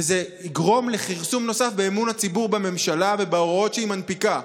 וזה יגרום לכרסום נוסף באמון הציבור בממשלה ובהוראות שהיא מנפיקה.